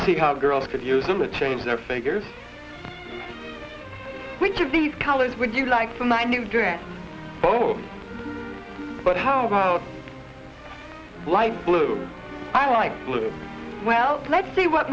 seeing how girls could use them to change their figures which of these colors would you like for my new dress ball but how about light blue i like blue well let's see what